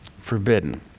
Forbidden